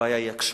הבעיה היא הקשבה.